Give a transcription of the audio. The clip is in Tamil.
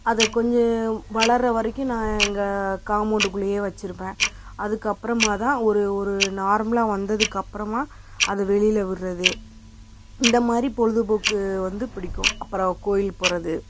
அதை கொஞ்சம் வளருற வரைக்கும் நான் எங்க காமோண்டுக்குள்ளேயே வச்சிருப்பேன் அதுக்கப்பறமாகதான் ஒரு ஒரு நார்மலாக வந்ததுக்கு அப்பறமாக அதை வெளியில விடுறது இந்தமாதிரி பொழுதுபோக்கு வந்து பிடிக்கும் அப்பறம் கோயிலுக்கு போகிறது